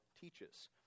teaches